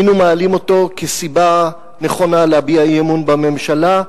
היינו מעלים אותו כסיבה נכונה להביע אי-אמון בממשלה,